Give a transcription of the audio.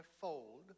fold